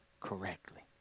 correctly